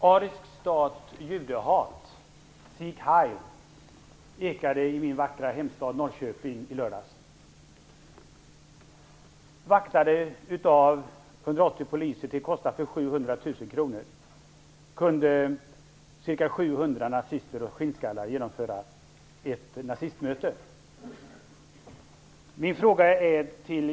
Herr talman! Arisk stat, judehat, Sieg Heil ekade det i min vackra hemstad Norrköping i lördags. kronor kunde cirka 700 nazister och skinnskallar genomföra ett nazistmöte.